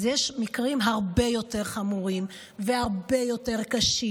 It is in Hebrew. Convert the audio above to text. אז יש מקרים הרבה יותר חמורים והרבה יותר קשים.